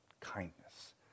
kindness